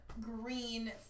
green